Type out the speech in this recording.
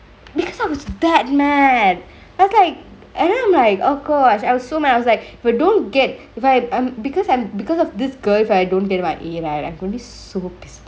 because I was that mad I was like and then I'm like oh gosh I was so mad I was like if I don't get if I I'm because I'm because of this girl if I don't get my A right I will be super pissed